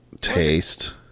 taste